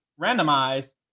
randomized